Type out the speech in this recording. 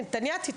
אני נתנייתית,